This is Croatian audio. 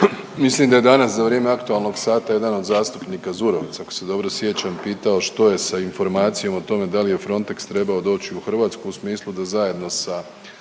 Mislim da je danas za vrijeme aktualnog sata jedan od zastupnika Zurovec, ako se dobro sjećam, pitao što je sa informacijom o tome da li je Frontex trebao doći u Hrvatsku u smislu da zajedno sa